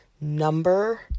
number